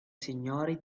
signori